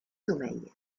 sommeil